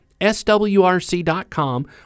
swrc.com